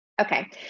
Okay